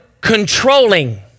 controlling